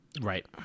Right